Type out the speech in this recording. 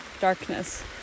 darkness